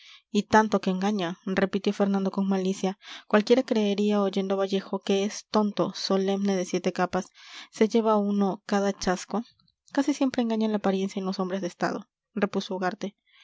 y tanto que engaña repitió fernando con malicia cualquiera creería oyendo a vallejo que es tonto solemne de siete capas se lleva uno cada chasco casi siempre engaña la apariencia en los hombres de estado repuso ugarte